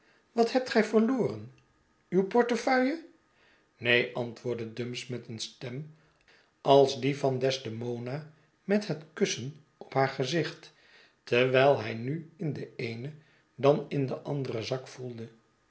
wat hebt gij verloren uw portefeuille neen antwoordde dumps met een stem als die van desdemona met het kussen op haar gezicht terwijl hij nu in den eenen dan in den anderen zak voelde